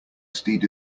steed